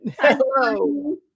Hello